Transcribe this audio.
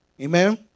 amen